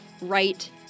Right